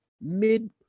mid